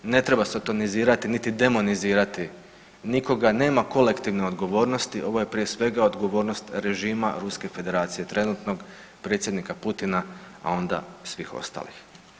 Ne treba sotonizirati niti demonizirati nikoga, nema kolektivne odgovornosti, ovo je prije svega odgovornost režima Ruske Federacije, trenutnog predsjednika Putina, a onda svih ostalih.